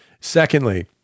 Secondly